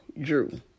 Drew